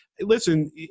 listen